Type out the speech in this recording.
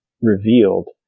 revealed